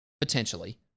potentially